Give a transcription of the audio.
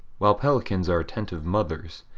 while pelicans are attentive mothers,